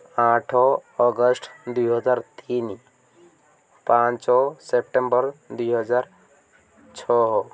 ଆଠ ଅଗଷ୍ଟ୍ ଦୁଇ ହଜାର ତିନି ପାଞ୍ଚ ସେପ୍ଟେମ୍ବର୍ ଦୁଇ ହଜାର ଛଅ